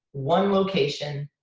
one location.